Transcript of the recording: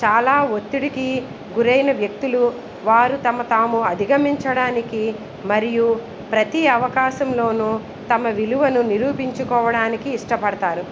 చాలా ఒత్తిడికి గురైన వ్యక్తులు వారు తమని తాము అధిగమించడానికి మరియు ప్రతీ అవకాశంలోనూ తమ విలువను నిరూపించుకోవడానికి ఇష్టపడతారు